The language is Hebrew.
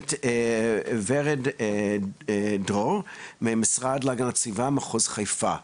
לגברת ורד דרור מהמשרד להגנת הסביבה במחוז חיפה.